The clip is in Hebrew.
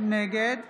נגד